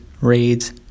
raids